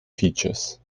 features